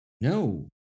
no